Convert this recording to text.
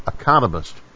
economist